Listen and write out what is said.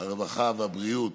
הרווחה והבריאות